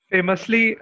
Famously